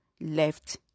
left